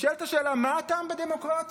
נשאלת השאלה מה הטעם בדמוקרטיה,